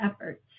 efforts